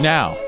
Now